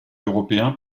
européen